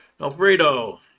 Alfredo